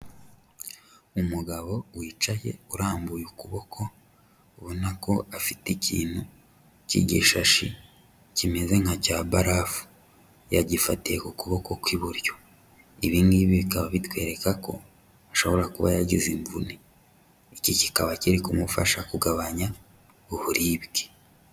Umugabo wicaye urambuye ukuboko ubona ko afite ikintu cy'igishashi kimeze nka cya barafu, yagifatiye ku kuboko kw'iburyo. Ibi ngibi bikaba bitwereka ko ashobora kuba yagize imvune. Iki kikaba kiri kumufasha kugabanya uburibwe.